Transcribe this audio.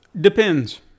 Depends